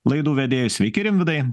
laidų vedėju sveiki rimvydai